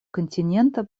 континента